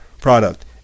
product